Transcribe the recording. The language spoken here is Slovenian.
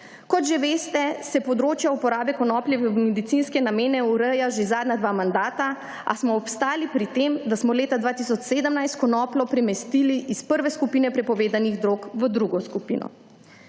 Kot že veste, se področje uporabe konoplje v medicinske namene ureja že zadnja dva mandata, a smo obstali pri tem, da smo leta 2017 konopljo premestili iz prve skupine prepovedanih drog v drugo skupino.